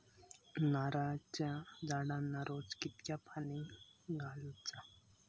नारळाचा झाडांना रोज कितक्या पाणी घालुचा?